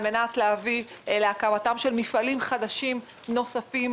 על מנת להביא להקמתם של מפעלים חדשים נוספים,